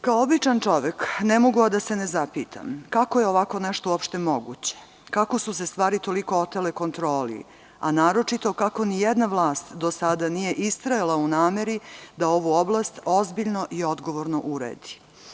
Kao običan čovek, ne mogu a da se ne zapitam kako je ovako nešto uopšte moguće, kako su se stvari toliko otele kontroli, a naročito kako nijedna vlast do sada nije istrajala u nameri da ovu oblast ozbiljno i odgovorno uredi?